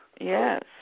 Yes